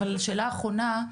אבל שאלה אחרונה,